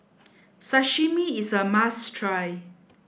sashimi is a must try